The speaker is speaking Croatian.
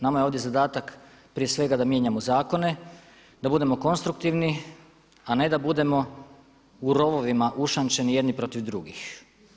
Nama je ovdje zadatak prije svega da mijenjamo zakone, da budemo konstruktivni, a ne da budemo u rovovima ušamčeni jedni protiv drugih.